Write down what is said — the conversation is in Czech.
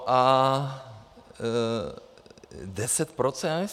A 10 %?